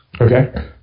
Okay